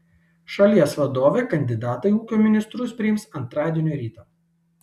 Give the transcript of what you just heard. šalies vadovė kandidatą į ūkio ministrus priims antradienio rytą